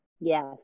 Yes